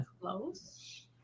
close